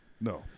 No